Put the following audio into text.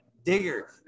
Digger